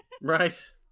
Right